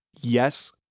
Yes